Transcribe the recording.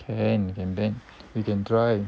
can and then we can drive